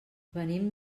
venim